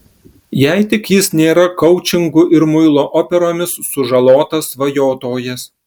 jei tik jis nėra koučingu ir muilo operomis sužalotas svajotojas